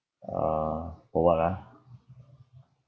uh for what ah